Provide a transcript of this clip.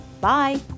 Bye